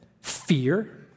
fear